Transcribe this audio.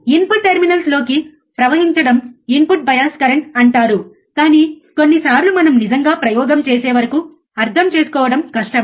input terminals లోకి ప్రవహించడం input bias current అంటారు కాని కొన్నిసార్లు మనము నిజంగా ప్రయోగం చేసే వరకు అర్థం చేసుకోవడం కష్టం